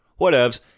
Whatevs